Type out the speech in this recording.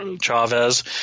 Chavez